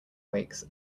wakes